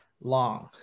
long